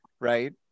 right